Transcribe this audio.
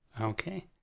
Okay